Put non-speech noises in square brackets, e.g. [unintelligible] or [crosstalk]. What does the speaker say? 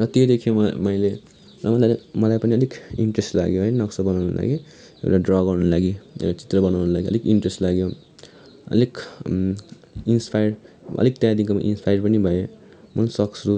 र त्यो देखेँ म मैले [unintelligible] मलाई पनि अलिक इन्ट्रेस लाग्यो है नक्सा बनाउनुको लागि र ड्र गर्नु लागि र चित्र बनाउन लागि अलिक इन्ट्रेस्ट लाग्यो अलिक इन्स्पायर अलिक त्यहाँदेखिको इन्स्पायर पनि भएँ म पनि सक्छु